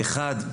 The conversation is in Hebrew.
אחד,